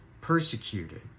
persecuted